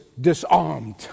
disarmed